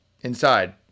inside